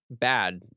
bad